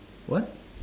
what